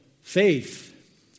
faith